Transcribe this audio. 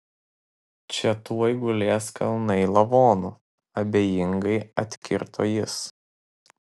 čia tuoj gulės kalnai lavonų abejingai atkirto jis